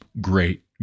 great